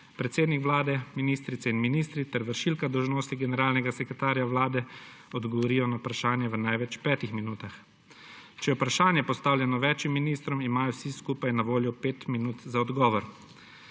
predsednik Vlade, ministrice in ministri ter vršilka dolžnosti generalnega sekretarja Vlade odgovorijo na vprašanje v največ petih minutah. Če je vprašanje postavljeno več ministrom, imajo vsi skupaj na voljo pet minut za odgovor.